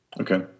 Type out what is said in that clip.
Okay